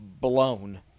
blown